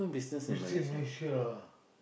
we stay Malaysia ah